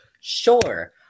Sure